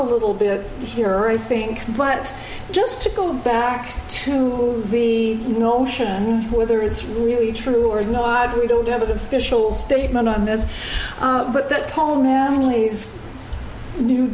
a little bit here i think but just to go back to the notion whether it's really true or not we don't have an official statement on this but that